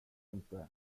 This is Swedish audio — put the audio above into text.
inte